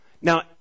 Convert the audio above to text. now